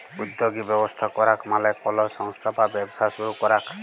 উদ্যগী ব্যবস্থা করাক মালে কলো সংস্থা বা ব্যবসা শুরু করাক